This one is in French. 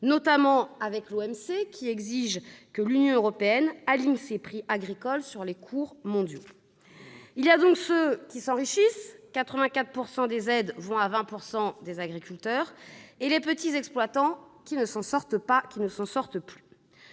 cadre de l'OMC, qui exige que l'Union européenne aligne ses prix agricoles sur les cours mondiaux. Il y a donc ceux qui s'enrichissent- 84 % des aides vont à 20 % des agriculteurs -et les petits exploitants qui ne s'en sortent pas. La tentative